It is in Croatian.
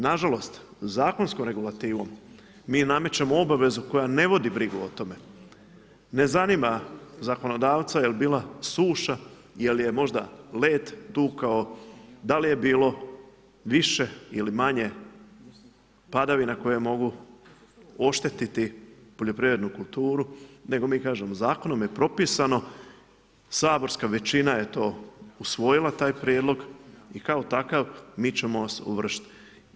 Nažalost zakonskom regulativom mi namećemo obavezu koja ne vodi brigu o tome, ne zanima zakonodavca je li bila suša, je li možda led tukao, da li je bilo više ili manje padavina koje mogu oštetiti poljoprivrednu kulturu nego mi kažemo zakonom je propisano, saborska većina je to usvojila, taj prijedlog i kao takav mi ćemo vas ovršiti.